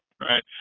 right